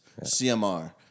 CMR